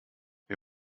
wir